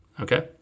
okay